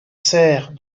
serfs